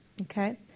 Okay